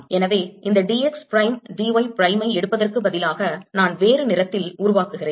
எனவே இந்த d x prime d y prime ஐ எடுப்பதற்கு பதிலாக நான் வேறு நிறத்தில் உருவாக்குகிறேன்